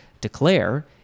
Declare